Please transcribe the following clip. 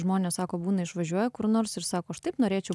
žmonės sako būna išvažiuoja kur nors ir sako aš taip norėčiau